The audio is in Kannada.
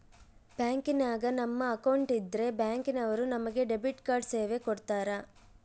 ಬ್ಯಾಂಕಿನಾಗ ನಮ್ಮ ಅಕೌಂಟ್ ಇದ್ರೆ ಬ್ಯಾಂಕ್ ನವರು ನಮಗೆ ಡೆಬಿಟ್ ಕಾರ್ಡ್ ಸೇವೆ ಕೊಡ್ತರ